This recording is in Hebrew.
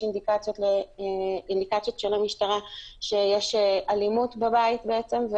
אינדיקציות של המשטרה שיש אלימות בבית בעצם,